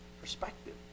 perspective